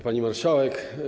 Pani Marszałek!